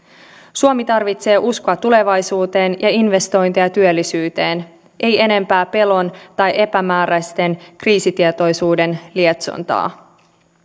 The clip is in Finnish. suomi tarvitsee uskoa tulevaisuuteen ja investointeja työllisyyteen ei enempää pelon tai epämääräisen kriisitietoisuuden lietsontaa